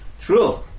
True